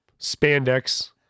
spandex